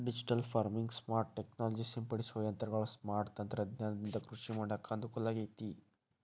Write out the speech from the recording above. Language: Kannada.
ಡಿಜಿಟಲ್ ಫಾರ್ಮಿಂಗ್, ಸ್ಮಾರ್ಟ್ ಟೆಕ್ನಾಲಜಿ ಸಿಂಪಡಿಸುವ ಯಂತ್ರಗಳ ಸ್ಮಾರ್ಟ್ ತಂತ್ರಜ್ಞಾನದಿಂದ ಕೃಷಿ ಮಾಡಾಕ ಅನುಕೂಲಾಗೇತಿ